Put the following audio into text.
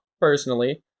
personally